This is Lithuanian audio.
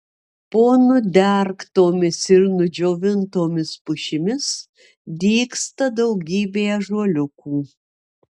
po nudergtomis ir nudžiovintomis pušimis dygsta daugybė ąžuoliukų